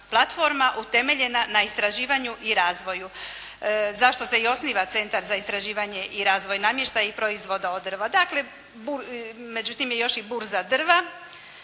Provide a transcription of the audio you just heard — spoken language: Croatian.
platforma utemeljena na istraživanju i razvoju, zašto se i osniva Centar za istraživanje i razvoja namještaja i proizvoda od drva, dakle međutim je još i burza drva,